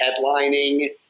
headlining